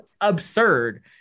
absurd